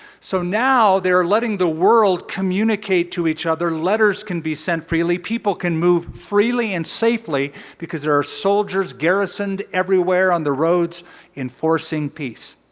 so now they're letting the world communicate to each other, letters can be sent freely. people can move freely and safely because there are soldiers garrisoned everywhere on the roads enforcing peace.